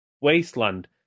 Wasteland